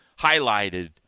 highlighted